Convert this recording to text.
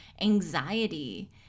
anxiety